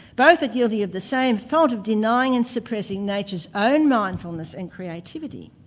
both are guilty of the same fault of denying and suppressing nature's own mindfulness and creativity.